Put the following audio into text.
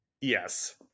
Yes